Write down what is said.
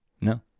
No